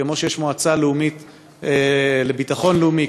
כמו שיש מועצה לאומית לביטחון לאומי,